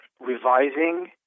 Revising